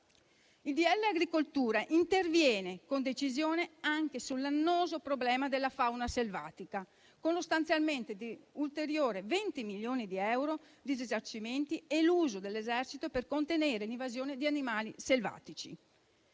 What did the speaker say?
agricoltura interviene con decisione anche sull'annoso problema della fauna selvatica, con lo stanziamento di ulteriori 20 milioni di euro di risarcimenti e l'uso dell'Esercito per contenere l'invasione di animali selvatici.